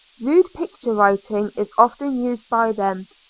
rude picture-writing is often used by them,